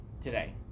today